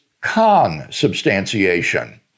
consubstantiation